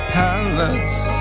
palace